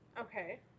Okay